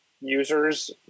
users